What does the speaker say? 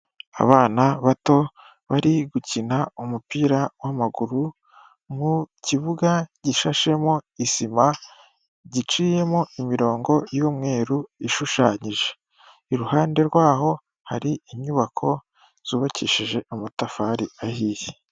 Abana bato barigukina umupira w'amaguru mu kibuga gishashemo isima giciyemo imirongo y'umweru ishushanyije. Iruhande rwaho hari inyubako zubakishije amatafari ahiye.